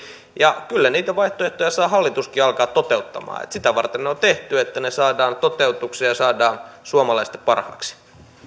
ja kyllä niitä vaihtoehtoja saa hallituskin alkaa toteuttamaan sitä varten ne on tehty että ne saadaan toteutukseen ja saadaan suomalaisten parhaaksi